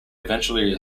eventually